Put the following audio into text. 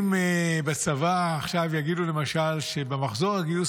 אם בצבא יגידו עכשיו למשל שבמחזור הגיוס